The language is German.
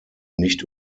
nicht